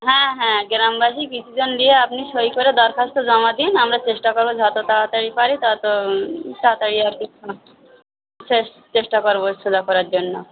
হ্যাঁ হ্যাঁ গ্রামবাসী কিছু জন গিয়ে আপনি সই করে দরখাস্ত জমা দিন আমরা চেষ্টা করবো যত তাড়াতাড়ি পারি তত তায়াতাড়ি আর কি শেষ চেষ্টা করবো সোজা করার জন্য